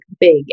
big